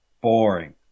Boring